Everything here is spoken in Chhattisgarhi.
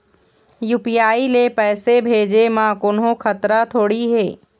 यू.पी.आई ले पैसे भेजे म कोन्हो खतरा थोड़ी हे?